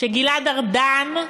שגלעד ארדן,